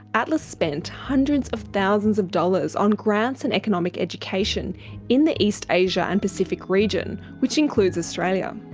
atlas spent hundreds of thousands of dollars on grants and economic education in the east asia and pacific region, which includes australia.